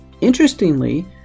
interestingly